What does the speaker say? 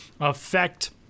affect